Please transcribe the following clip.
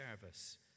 service